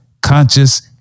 conscious